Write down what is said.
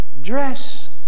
Dress